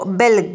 bel